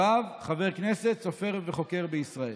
רב, חבר כנסת, סופר וחוקר בישראל.